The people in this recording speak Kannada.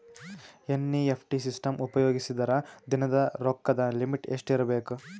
ಎನ್.ಇ.ಎಫ್.ಟಿ ಸಿಸ್ಟಮ್ ಉಪಯೋಗಿಸಿದರ ದಿನದ ರೊಕ್ಕದ ಲಿಮಿಟ್ ಎಷ್ಟ ಇರಬೇಕು?